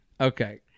Okay